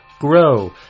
grow